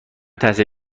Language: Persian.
تحصیل